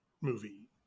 movie